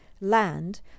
land